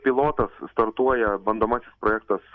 pilotas startuoja bandomasis projektas